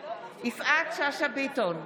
יפעת שאשא ביטון,